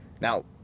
Now